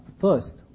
first